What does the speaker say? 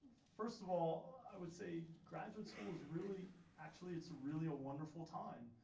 first of all i would say graduate school is really actually it's really a wonderful time.